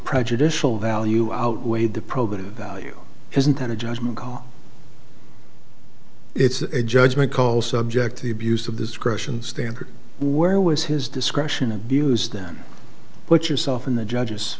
prejudicial value outweighed the probative value isn't that a judgement call it's a judgment call subject the abuse of discretion standard where was his discretion abused then put yourself in the judges